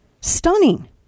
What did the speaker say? Stunning